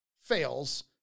fails